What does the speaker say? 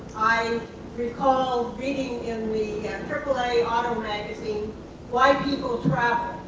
i recall reading in the aaa auto magazine why people travel.